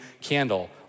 candle